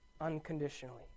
unconditionally